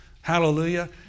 hallelujah